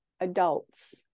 adults